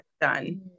done